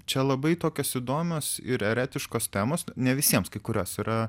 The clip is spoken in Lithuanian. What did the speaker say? čia labai tokios įdomios ir eretiškos temos ne visiems kai kurios yra